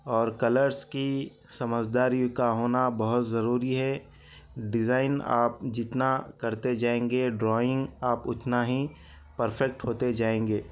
اور کلرس کی سمجھ داری کا ہونا بہت ضروری ہے ڈیزائن آپ جتنا کرتے جائیں گے ڈرائنگ آپ اتنا ہی پرفیکٹ ہوتے جائیں گے